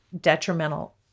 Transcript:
detrimental